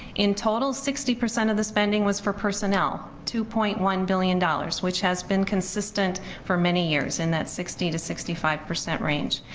in total sixty percent of the spending was for personnel, two point one billion dollars, which has been consistent for many years in that sixty to sixty five percent range.